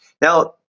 Now